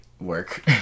work